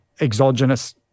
Exogenous